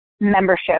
membership